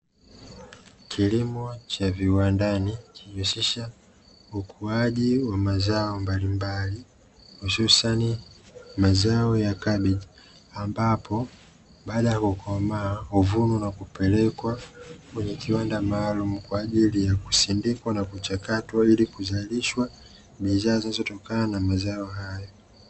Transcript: Kilimo cha viwandani kinawezesha ukuaji wa mazao mbalimbali hususani mazao ya kabeji, ambapo baada ya kukomaa huvunwa na kupelekwa kwenye kiwanda maalumu kwa ajili ya kusindikwa na kuchakatwa ili kuzalishwa bidhaa zinazotokan na mazao hayo.